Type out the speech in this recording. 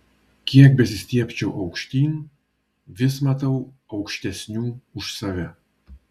kiek besistiebčiau aukštyn vis matau aukštesnių už save